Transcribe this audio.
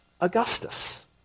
Augustus